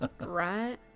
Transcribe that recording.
right